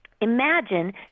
Imagine